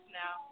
now